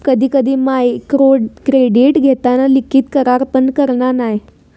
कधी कधी मायक्रोक्रेडीट घेताना लिखित करार पण करना नाय